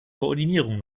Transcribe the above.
koordinierung